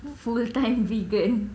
full time vegan